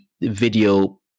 video